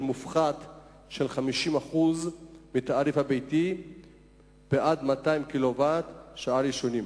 מופחת של 50% בתעריף הביתי ועד 200 קילוואט הראשונים.